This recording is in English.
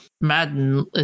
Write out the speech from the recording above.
Madden